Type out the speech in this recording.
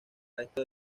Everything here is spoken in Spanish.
resto